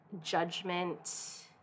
judgment